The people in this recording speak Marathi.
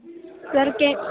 सरके